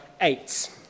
eight